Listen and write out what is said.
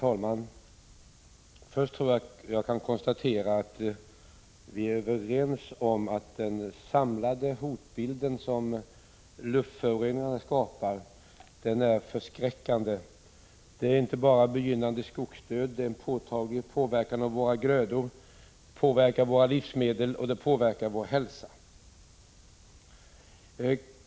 Herr talman! Jag kan konstatera att vi är överens om att den samlade hotbild som luftföroreningarna skapar är förskräckande. Det är inte bara fråga om begynnande skogsdöd, utan det är också fråga om tydlig påverkan av våra grödor, påverkan av våra livsmedel och påverkan av vår hälsa.